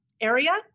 area